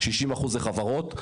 60% זה חברות.